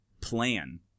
plan